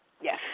yes